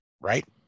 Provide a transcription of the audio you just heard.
right